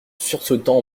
sursautant